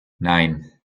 nine